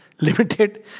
limited